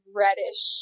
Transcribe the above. reddish